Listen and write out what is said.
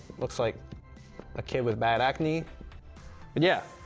looks like a kid with bad acne, but yeah,